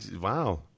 Wow